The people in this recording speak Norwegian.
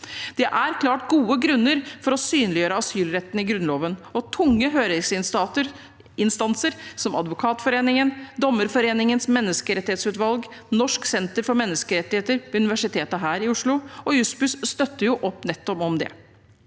Det er klart gode grunner for å synliggjøre asylretten i Grunnloven, og tunge høringsinstanser, som Advokatforeningen, Dommerforeningens menneskerettighetsutvalg, Norsk senter for menneskerettigheter ved universitetet i Oslo og Jussbuss støtter opp om nettopp det.